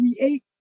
create